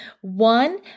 One